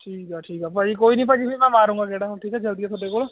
ਠੀਕ ਆ ਠੀਕ ਆ ਭਾਜੀ ਕੋਈ ਨਹੀਂ ਭਾਜੀ ਫਿਰ ਮੈਂ ਮਾਰੂੰਗਾ ਗੇੜਾ ਹੁਣ ਠੀਕ ਆ ਜਲਦੀ ਹੈ ਤੁਹਾਡੇ ਕੋਲ